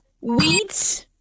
Wheat